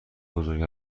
بزرگ